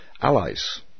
allies